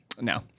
No